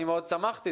אני מאוד שמחתי.